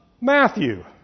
Matthew